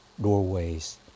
doorways